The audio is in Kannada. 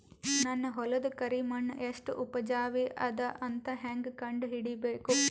ನನ್ನ ಹೊಲದ ಕರಿ ಮಣ್ಣು ಎಷ್ಟು ಉಪಜಾವಿ ಅದ ಅಂತ ಹೇಂಗ ಕಂಡ ಹಿಡಿಬೇಕು?